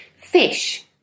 Fish